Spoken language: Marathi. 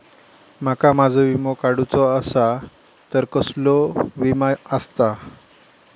माका माझो विमा काडुचो असा तर कसलो विमा आस्ता?